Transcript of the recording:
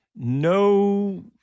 no